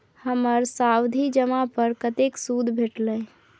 हमर सावधि जमा पर कतेक सूद भेटलै?